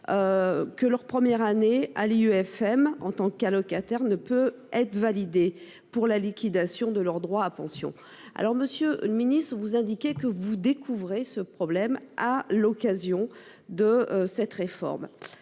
Que leur première année à l'IUFM en tant qu'allocataire ne peut être validé pour la liquidation de leur droit à pension. Alors Monsieur le Ministre, vous indiquez que vous Découvrez ce problème à l'occasion de cette réforme.